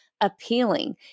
appealing